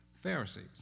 Pharisees